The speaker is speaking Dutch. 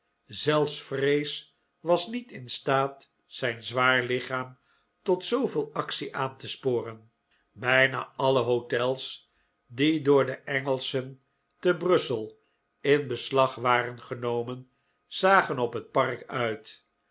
zelfs vrees was niet in staat zijn zwaar lichaam tot zooveel actie aan te sporen bijna alle hotels die door de engelschen te brussel in beslag waren genomen zagen op het park uit